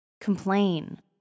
Complain